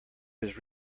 his